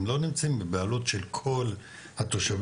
הם לא נמצאים בבעלות של כל התושבים,